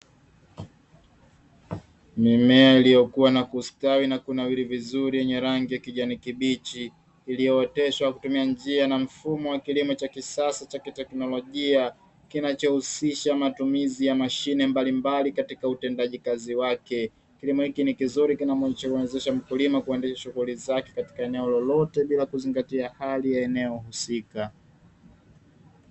Mimea iliyokuwa na kustawi na kunawiri vizuri wenye rangi kijani kibichi iliyooteshwa kutumia njia na mfumo wa kilimo cha kisasa cha teknolojia, kinachohusisha matumizi ya mashine mbalimbali katika utendaji kazi wake. Kilimo hiki ni kizuri kinachimwezesha mkulima kuendesha shughuli zake katika eneo lolote bila kuzingatia hali ya eneo husika.